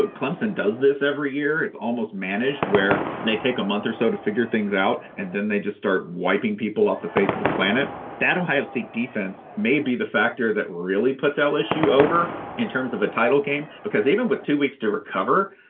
but clemson does this every year. it's almost managed where they take a month or so to figure things out and then they just start wiping people off the face of the planet. that ohio state defense may be the factor that really puts lsu over in terms of a title game, because even with two weeks to recover,